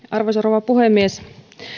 arvoisa rouva puhemies